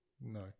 No